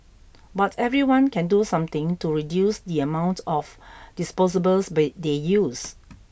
but everyone can do something to reduce the amount of disposables but they use